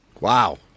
Wow